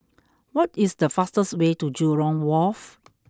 what is the fastest way to Jurong Wharf